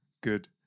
good